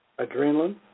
Adrenaline